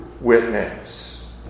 witness